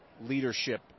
leadership